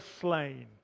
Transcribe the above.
slain